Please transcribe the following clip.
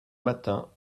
matin